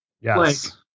Yes